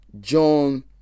John